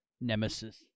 nemesis